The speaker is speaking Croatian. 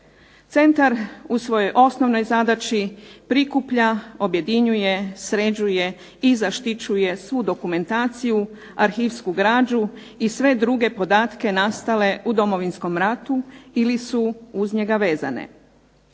Centar u svojoj osnovnoj zadaći prikuplja, objedinjuje, sređuje i zaštićuje svu dokumentaciju, arhivsku građu i sve druge podatke nastale u Domovinskom ratu ili su uz njega vezane.